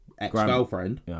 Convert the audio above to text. ex-girlfriend